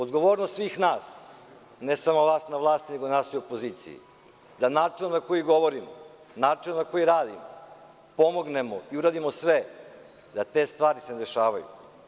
Odgovornost je svih nas, ne samo vas na vlasti, nego i nas u opoziciji, da načinom na koji govorimo, načinom na koji radimo, pomognemo i uradimo sve da se te stvari ne dešavaju.